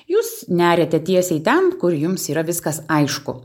jūs neriate tiesiai ten kur jums yra viskas aišku